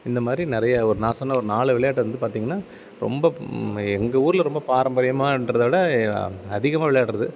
இந்தமாதிரி நிறைய ஒரு நான் சொன்ன ஒரு நாலு விளையாட்டை வந்து பார்த்திங்கனா ரொம்ப எங்கள் ஊரில் ரொம்ப பாரம்பரியமான்றதைவிட அதிகமாக விளையாடுறது